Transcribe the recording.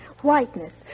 Whiteness